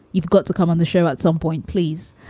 you've got to come on the show at some point, please,